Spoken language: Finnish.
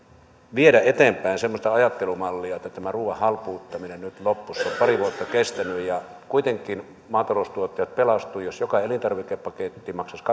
viedä eteenpäin semmoista ajattelumallia että tämä ruuan halpuuttaminen nyt loppuisi sitä on pari vuotta kestänyt ja kuitenkin maataloustuottajat pelastuvat jos joka elintarvikepaketti maksaisi